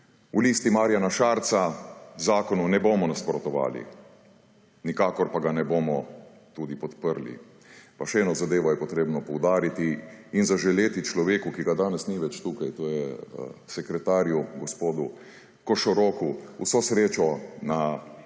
V Listi Marjana Šarca zakonu ne bomo nasprotovali, nikakor pa ga ne bomo tudi podprli. Pa še eno zadevo je potrebno poudariti in zaželeti človeku, ki ga danes ni več tukaj, to je sekretarju gospodu Košoroku, vso srečo na novem